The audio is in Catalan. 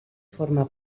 forma